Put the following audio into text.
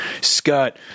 Scott